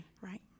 Right